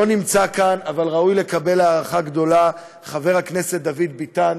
לא נמצא כאן אבל ראוי לקבל הערכה גדולה חבר הכנסת דוד ביטן,